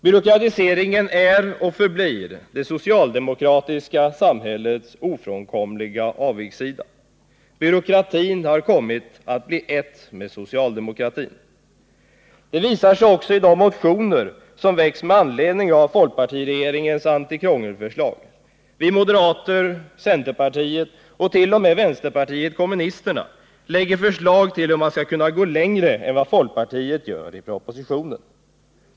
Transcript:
Byråkratiseringen är och förblir det socialdemokratiska samhällets ofrånkomliga avigsida. Byråkratin har kommit att bli ett med socialdemokratin. Det visar sig också i de motioner som väckts med anledning av folkpartiregeringens antikrångelförslag. Vi moderater, centerpartiet och t.o.m. vänsterpartiet kommunisterna lägger fram förslag till hur man skall kunna gå längre än vad folkpartiet går i propositionen.